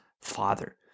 father